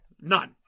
None